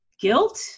Guilt